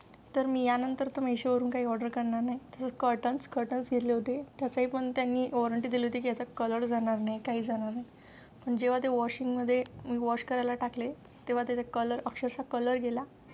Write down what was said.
तर मी यानंतर तर मेशोवरून काही ऑर्डर करणार नाही तसं कर्टन्स कटन्स घेतले होते त्याचाही पण त्यांनी वॉरंटी दिली होती की याचा कलर जाणार नाही काही जाणार नाही पण जेव्हा ते वॉशिंगमध्ये मी वॉश करायला टाकले तेव्हा त्याचा कलर अक्षरश कलर गेला